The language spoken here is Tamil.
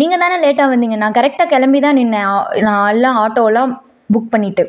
நீங்கள்தாண்ணா லேட்டாக வந்தீங்க நான் கரெக்டாக கிளம்பிதான் நின்றேன் நான் எல்லாம் ஆட்டோவெல்லாம் புக் பண்ணிவிட்டு